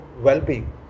well-being